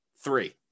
three